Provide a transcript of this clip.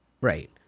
Right